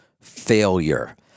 failure